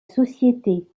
société